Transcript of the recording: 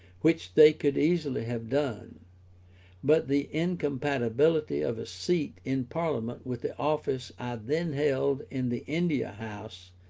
which they could easily have done but the incompatibility of a seat in parliament with the office i then held in the india house,